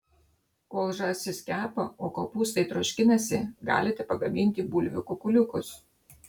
kol žąsis kepa o kopūstai troškinasi galite pagaminti bulvių kukuliukus